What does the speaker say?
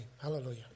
Hallelujah